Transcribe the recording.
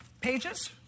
pages